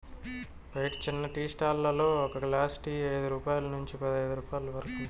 బయట చిన్న tea stall లలో ఒక గ్లాస్ టీ ఐదు రూపాయల నుంచి పదైదు రూపాయలు ఉంటుంది